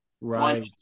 Right